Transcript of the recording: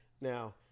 Now